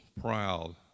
proud